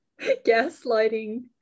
Gaslighting